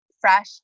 fresh